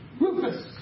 Rufus